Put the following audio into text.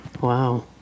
Wow